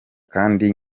kandi